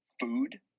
food